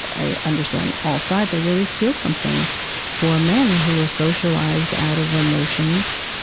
i understand all sides, i really feel something for men who are socialized out of emotions,